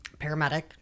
Paramedic